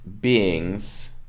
beings